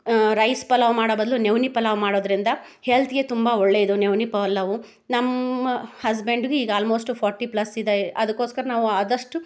rice pulao ಮಾಡೋ ಬದಲು ನವ್ಣೆ ಪಲಾವ್ ಮಾಡೋದರಿಂದ ಹೆಲ್ತಿಗೆ ತುಂಬ ಒಳ್ಳೆಯದು ನವ್ಣೆ ಪಲಾವು ನಮ್ಮ ಹಸ್ಬೆಂಡಿಗೂ ಈಗ ಆಲ್ಮೋಸ್ಟ್ ಫಾರ್ಟಿ ಪ್ಲಸ್ ಇದೆ ಅದಕ್ಕೋಸ್ಕರ ನಾವಾದಷ್ಟು